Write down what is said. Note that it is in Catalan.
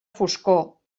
foscor